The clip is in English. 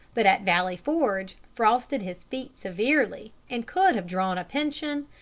but at valley forge frosted his feet severely, and could have drawn a pension,